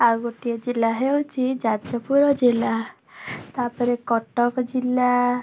ଆଉ ଗୋଟିଏ ଜିଲ୍ଲା ହେଉଛି ଯାଜପୁର ଜିଲ୍ଲା ତା'ପରେ କଟକ ଜିଲ୍ଲା